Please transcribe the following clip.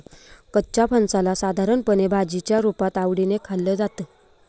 कच्च्या फणसाला साधारणपणे भाजीच्या रुपात आवडीने खाल्लं जातं